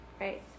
right